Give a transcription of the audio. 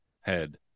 head